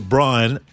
Brian